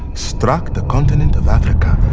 struck the continent of africa.